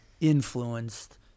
influenced